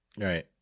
Right